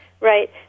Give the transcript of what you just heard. Right